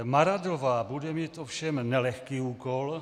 Maradová bude mít ovšem nelehký úkol.